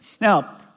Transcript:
Now